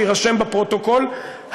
שיירשם בפרוטוקול,